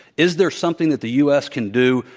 is there something that the us can do,